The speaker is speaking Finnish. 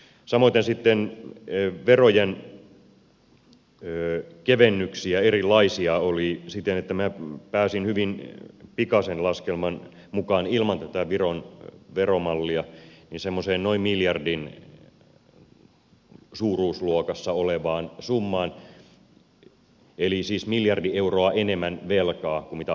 samoiten sitten erilaisia verojen kevennyksiä oli siten että minä pääsin hyvin pikaisen laskelman mukaan ilman tätä viron veromallia semmoiseen noin miljardin suuruusluokassa olevaan summaan eli siis miljardi euroa enemmän velkaa kuin mitä hallitus esittää